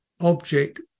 object